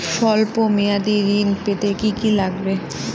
সল্প মেয়াদী ঋণ পেতে কি কি লাগবে?